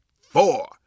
four